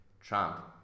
Trump